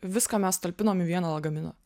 viską mes sutalpinom į vieną lagaminą